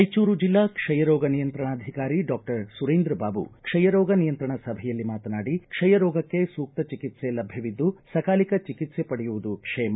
ರಾಯಚೂರು ಜಿಲ್ಲಾ ಕ್ಷಯ ರೋಗ ನಿಯಂತ್ರಣಾಧಿಕಾರಿ ಡಾಕ್ಷರ್ ಸುರೇಂದ್ರ ಬಾಬು ಕ್ಷಯ ರೋಗ ನಿಯಂತ್ರಣ ಸಭೆಯಲ್ಲಿ ಮಾತನಾಡಿ ಕ್ಷಯ ರೋಗಕ್ಕೆ ಸೂಕ್ತ ಚಿಕಿತ್ಸೆ ಲಭ್ಯವಿದ್ದು ಸಕಾಲಿಕ ಚಿಕಿತ್ಸೆ ಪಡೆಯುವುದು ಕ್ಷೇಮ